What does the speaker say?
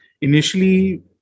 initially